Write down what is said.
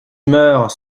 meures